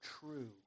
true